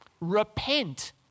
Repent